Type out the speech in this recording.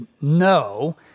no